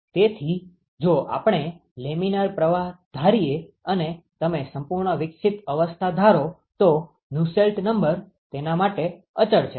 તેથી જો આપણે લેમિનાર પ્રવાહ ધારીએ અને તમે સંપૂર્ણ વિકસિત અવસ્થા ધારો તો નુસ્સેલ્ટ નંબર તેના માટે અચળ છે અને તે લગભગ 5